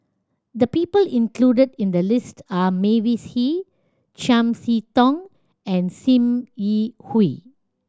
the people included in the list are Mavis Hee Chiam See Tong and Sim Yi Hui